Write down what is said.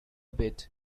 bit